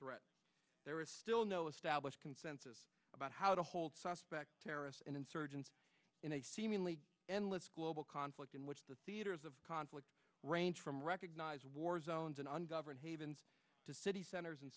threat there is still no established consensus about how to hold suspect terrorists and insurgents in a seemingly endless global conflict in which the theaters of conflict range from recognize war zones in ungoverned havens to city centers